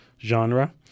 genre